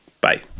Bye